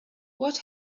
what